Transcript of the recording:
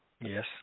Yes